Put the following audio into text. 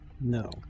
No